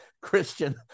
christian